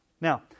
Now